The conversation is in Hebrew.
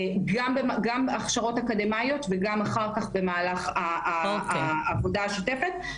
גם הכשרות אקדמיות וגם אחר כך במהלך העבודה השוטפת.